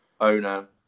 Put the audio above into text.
owner